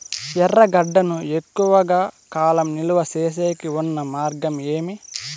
ఎర్రగడ్డ ను ఎక్కువగా కాలం నిలువ సేసేకి ఉన్న మార్గం ఏమి?